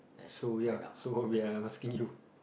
so ya so we are asking you